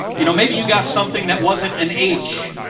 you know, maybe you got something that wasn't an h.